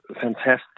fantastic